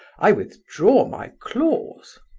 i withdraw my claws.